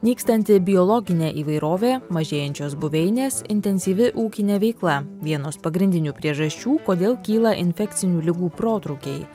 nykstanti biologinė įvairovė mažėjančios buveinės intensyvi ūkinė veikla vienos pagrindinių priežasčių kodėl kyla infekcinių ligų protrūkiai